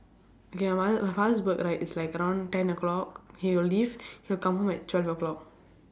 okay my mother my father's work right is like around ten o'clock he will leave he will come home at twelve o'clock